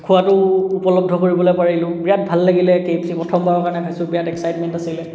খোৱাটো উপলব্ধ কৰিবলৈ পাৰিলোঁ বিৰাট ভাল লাগিলে কে এফ চি প্ৰথমবাৰৰ কাৰণে খাইছোঁ বিৰাট এক্সাইটমেণ্ট আছিলে